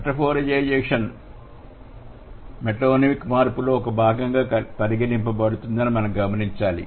రూపీకరణ metonymic మార్పులో ఒక భాగంగా పరిగణించ బడుతుందని మనం గమనించాలి